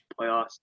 playoffs